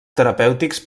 terapèutics